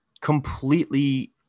completely